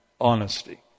honesty